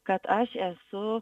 kad aš esu